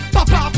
Papa